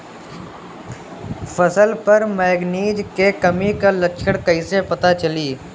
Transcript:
फसल पर मैगनीज के कमी के लक्षण कईसे पता चली?